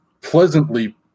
pleasantly